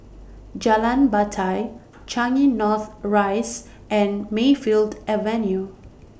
Jalan Batai Changi North Rise and Mayfield Avenue